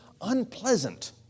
unpleasant